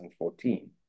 2014